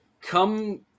come